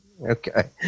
Okay